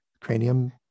cranium